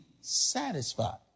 satisfied